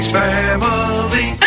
family